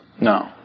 No